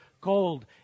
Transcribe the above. cold